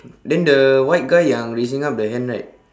then the white guy yang raising up the hand right